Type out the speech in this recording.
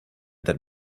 that